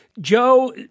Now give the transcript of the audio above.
Joe